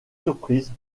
surprise